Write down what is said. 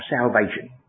salvation